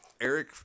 Eric